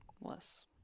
Less